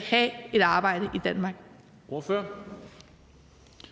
have et arbejde i Danmark.